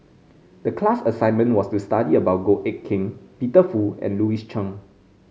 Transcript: the class assignment was to study about Goh Eck Kheng Peter Fu and Louis Chen